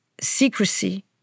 secrecy